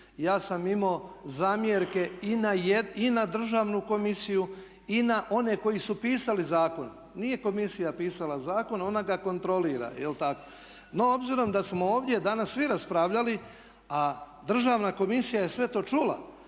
Ja sam imao zamjerke i na Državnu komisiju i na one koji su pisali zakon. Nije komisija pisala zakon, ona ga kontrolira jel' tako. No, obzirom da smo ovdje danas svi raspravljali a Državna komisija je sve to čula